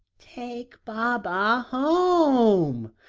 take baba home,